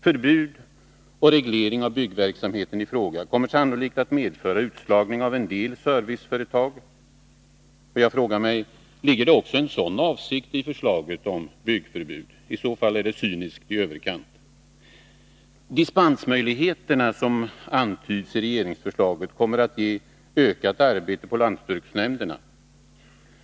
Förbud och reglering av byggverksamheten i fråga kommer sannolikt att Nr 106 medföra utslagning av en del serviceföretag. Jag frågar mig: Ligger det också Onsdagen den en sådan avsikt i förslaget om byggförbud? I så fall är det cyniskt i 23 mars 1983 överkant. De dispensmöjligheter som antyds i regeringsförslaget kommer att ge ökat — Förbud under arbete på lantbruksnämnderna.